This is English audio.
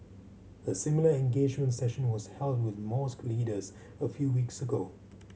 a similar engagement session was held with mosque leaders a few weeks ago